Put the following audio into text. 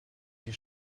die